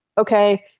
okay,